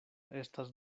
estas